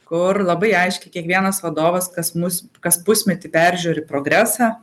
kur labai aiškiai kiekvienas vadovas kas mus kas pusmetį peržiūri progresą